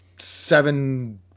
seven